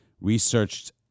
researched